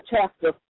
Chapter